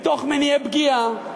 מתוך מניעי פגיעה,